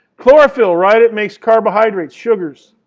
chlorophyll, right, it makes carbohydrates, sugars,